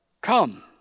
Come